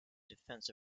defense